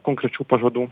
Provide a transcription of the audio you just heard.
konkrečių pažadų